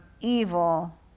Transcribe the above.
evil